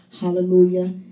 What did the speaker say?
hallelujah